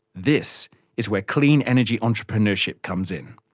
this is where clean energy entrepreneurship comes in.